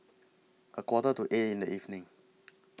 A Quarter to eight in The evening